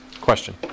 Question